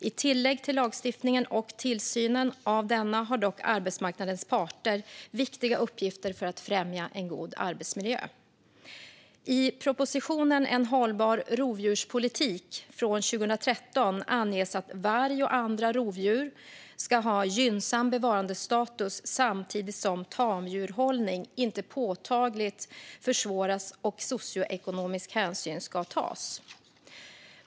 I tillägg till lagstiftningen och tillsynen av denna har dock arbetsmarknadens parter viktiga uppgifter för att främja en god arbetsmiljö. I propositionen En hållbar rovdjurspolitik från 2013 anges att varg och andra stora rovdjur ska ha gynnsam bevarandestatus samtidigt som tamdjurhållning inte påtagligt försvåras och socioekonomisk hänsyn ska tas.